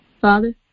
Father